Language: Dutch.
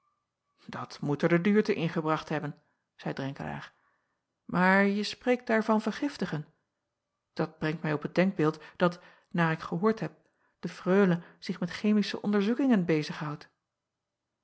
at moet er de duurte in gebracht hebben zeî renkelaer maar je spreekt daar van vergiftigen dat brengt mij op het denkbeeld dat naar ik gehoord heb de reule zich met chemische onderzoekingen